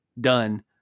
done